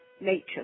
nature